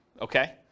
okay